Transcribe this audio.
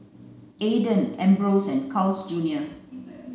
Aden Ambros and Carl's Junior